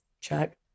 check